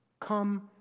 Come